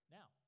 Now